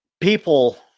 People